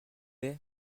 est